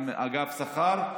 עם אגף השכר,